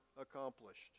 accomplished